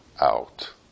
out